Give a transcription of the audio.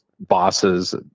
bosses